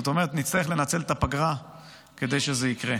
זאת אומרת, נצטרך לנצל את הפגרה כדי שזה יקרה.